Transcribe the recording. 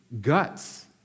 guts